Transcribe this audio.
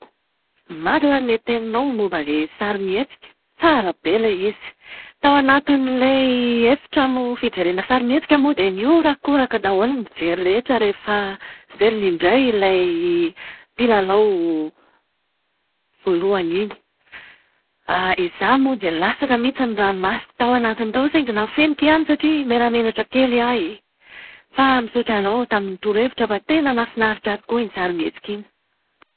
Marina ilay teninao momba ilay sarimihetsika, tsara be ilay izy! Tao anatin'ilay efitrano fijerena sarimihetsika moa dia nihorakoraka daholo ny mpijery rehetra rehefa velona indray ilay mpilalao voalohany iny. Izaho moa dia latsaka mihitsy ny ranomasoko tao anatiny tao saingy nafeniko ihany satria menamenatra kely aho e. Fa misaotra anao tamin'ny torohevitra fa tena nahafinaritra tokoa iny sarimihetsika iny.